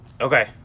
Okay